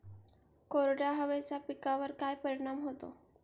कोरड्या हवेचा पिकावर काय परिणाम होतो?